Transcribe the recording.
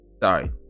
Sorry